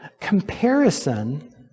comparison